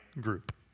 group